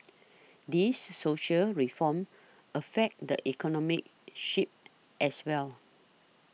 these social reforms affect the economic sphere as well